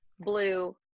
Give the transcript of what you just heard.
blue